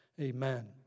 Amen